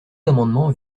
amendement